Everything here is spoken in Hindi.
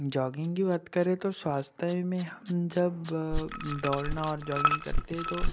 जॉगिंग की बात करें तो स्वास्थ में हम जब दौड़ना और जॉगिंग करते हैं तो